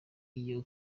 iyo